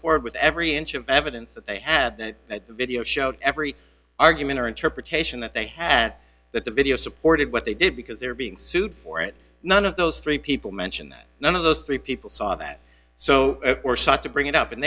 forward with every inch of evidence that they had that video showed every argument or interpretation that they had that the video supported what they did because they're being sued for it none of those three people mentioned that none of those three people saw that so to bring it up and